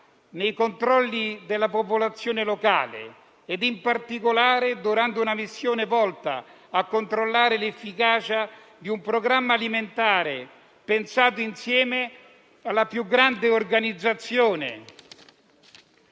nei confronti della popolazione locale, nello specifico durante una missione volta a controllare l'efficacia di un programma alimentare pensato insieme alla più grande organizzazione